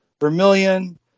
vermilion